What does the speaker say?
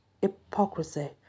hypocrisy